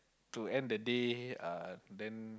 to end the day uh then